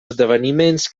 esdeveniments